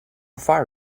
far